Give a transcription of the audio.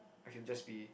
I can just be